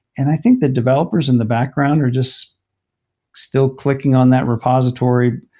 and i think the developers in the background are just still clicking on that repository,